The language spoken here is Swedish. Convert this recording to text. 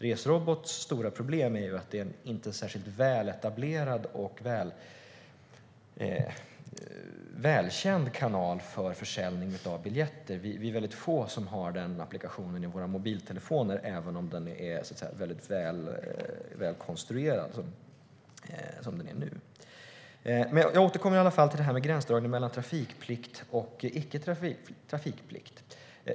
Resrobots stora problem är att den inte är en särskilt väletablerad och välkänd kanal för försäljning av biljetter. Vi är väldigt få som har den applikationen i våra mobiltelefoner, även om den är väldigt välkonstruerad. Jag återkommer i alla fall till detta med gränsdragningen mellan trafikplikt och icke trafikplikt.